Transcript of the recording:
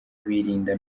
birinda